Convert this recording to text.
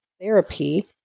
therapy